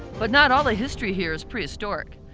but not all the history here is prehistoric.